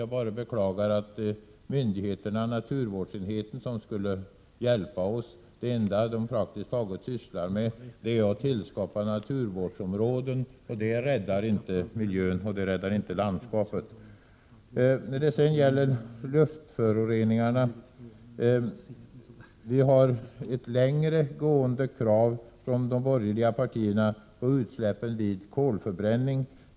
Jag bara beklagar att länsstyrelsens naturvårdsenhet, som skulle hjälpa oss, praktiskt taget enbart sysslar med att tillskapa naturvårdsområden. Det räddar inte miljön, och det räddar inte landskapet. När det sedan gäller luftföroreningarna har de borgerliga partierna ett längre gående krav på begränsning av utsläppen vid kolförbränning.